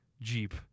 Jeep